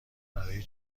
برای